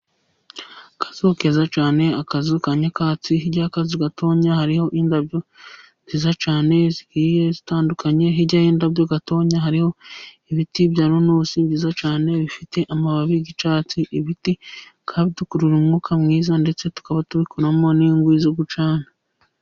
Akazu keza cyane, akazu ka nyakatsi hirya y'akazu gatoya hariho indabyo nziza cyane z'igiye zitandukanye, hirya y'indabyo gatoya hariho ibiti byaro n'ubusingiza cyane bifite amababi y'icyatsi ibiti bidukurura umwuka mwiza ndetse tukaba tubikuramo n'inyungu zo gucana.